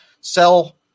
sell